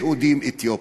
יהודים אתיופים.